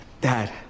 Dad